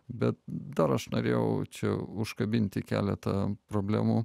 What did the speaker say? bet dar aš norėjau čia užkabinti keletą problemų